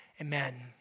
Amen